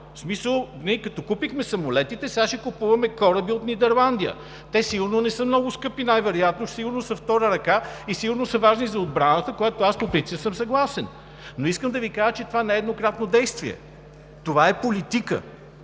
В смисъл – ние, като купихме самолетите, сега ще купуваме кораби от Нидерландия! Те сигурно не са много скъпи – най-вероятно са втора ръка и сигурно са важни за отбраната, с което аз по принцип съм съгласен. Но искам да Ви кажа, че това не е еднократно действие – това е политика,